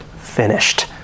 finished